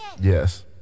yes